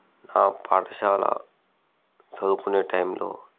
నా పాఠశాల చదువుకునే టైంలో